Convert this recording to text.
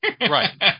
right